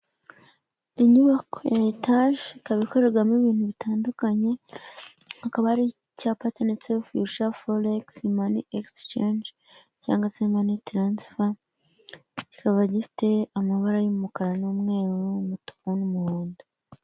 Inyubako ya etaje ikaba ikorerwamo ibintu bitandukanye, hakaba hari icyapa cyanditse fiyuca foregisi egisicenji, cyangwa se mani taransifa. Kikaba gifite amabara y'umukara n'umweru, umutuku n'umuhondo.